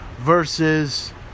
versus